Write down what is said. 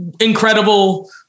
incredible